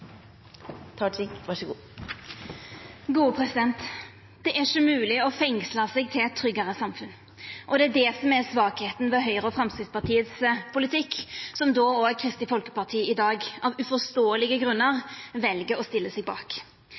ikkje mogleg å fengsla seg til eit tryggare samfunn, og det er det som er svakheita ved Høgre og Framstegspartiet sin politikk, som òg Kristeleg Folkeparti i dag av uforståelege grunnar vel å stilla seg bak.